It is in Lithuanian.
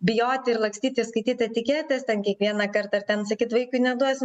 bijoti ir lakstyti ir skaityti etiketes ten kiekvieną kartą ir ten sakyti vaikui neduosim